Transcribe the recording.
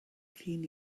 llun